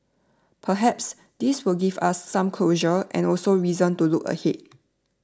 perhaps this will give us some closure and also reason to look ahead